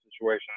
situation